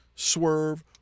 Swerve